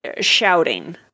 shouting